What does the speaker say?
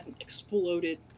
exploded